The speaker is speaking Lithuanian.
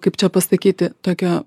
kaip čia pasakyti tokio